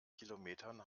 kilometern